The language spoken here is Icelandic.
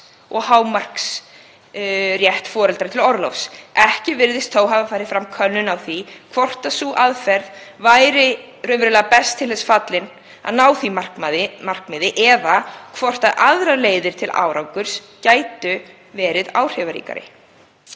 og hámarksrétt foreldra til orlofs. Ekki virðist þó hafa farið fram könnun á því hvort sú aðferð sé best til þess fallin að ná því markmiði eða hvort aðrar leiðir til árangurs gætu verið áhrifaríkari,